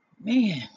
Man